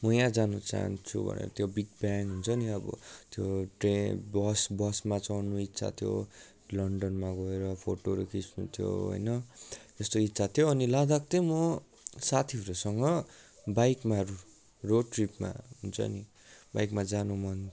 म यहाँ जान चाहन्छु भनेर त्यो बिगबेन हुन्छ नि अब त्यो ट्रेन बस बसमा चड्नु इन्छा थियो लन्डनमा गएर फोटोहरू खिच्नु थियो होइन त्यस्तो इच्छा थियो अनि लद्दाख चाहिँ म साथीहरूसँग बाइकमा रोड ट्रिपमा हुन्छ नि बाइकमा जानु मन